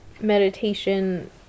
meditation